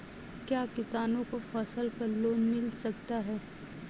क्या किसानों को फसल पर लोन मिल सकता है?